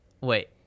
wait